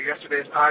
yesterday's